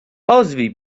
ozwij